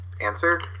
answer